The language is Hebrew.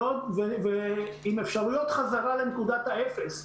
ועם אפשרויות חזרה לנקודת האפס.